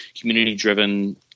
community-driven